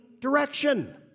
direction